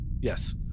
Yes